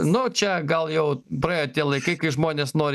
nu čia gal jau praėjo tie laikai kai žmonės nori